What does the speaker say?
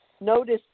notice